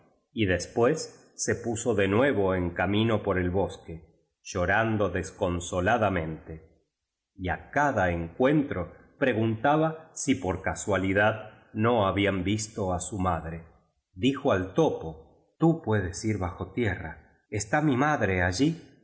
y después se puso de nuevo en camino por el bosque llorando desconsoladamen te y á cada encuentro preguntaba si por casualidad no ha bían visto á su madre dijo al topo tú puedes ir bajo tierra está mi madre allí